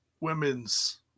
women's